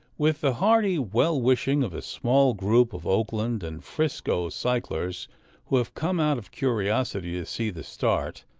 with the hearty well-wishing of a small group of oakland and frisco cyclers who have come, out of curiosity, to see the start,